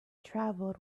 travelled